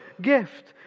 gift